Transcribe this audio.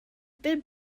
bit